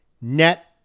net